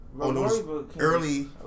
early